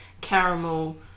caramel